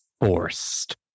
forced